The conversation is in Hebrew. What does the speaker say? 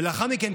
ולאחר מכן,